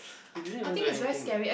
he didn't even do anything